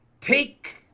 Take